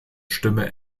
stimme